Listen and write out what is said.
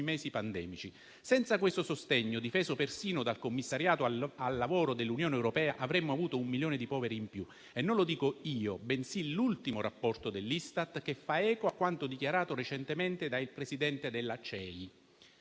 mesi pandemici. Senza questo sostegno, difeso persino dal Commissariato al lavoro dell'Unione europea, avremmo avuto un milione di poveri in più e non lo dico io, bensì l'ultimo rapporto dell'Istat, che fa eco a quanto dichiarato recentemente dal Presidente della CEI.